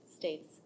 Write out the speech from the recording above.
state's